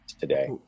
today